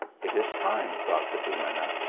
it is time, thought the duenna,